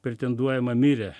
pretenduojama mirė